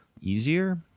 easier